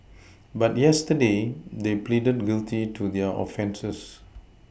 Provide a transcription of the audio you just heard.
but yesterday they pleaded guilty to their offences